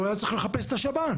הוא היה צריך לחפש את השב"ן.